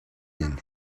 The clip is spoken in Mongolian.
энэ